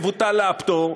יבוטל לה הפטור,